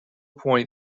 point